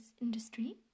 industry